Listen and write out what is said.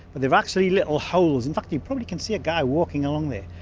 but they've actually little holes. in fact you probably can see a guy walking along there.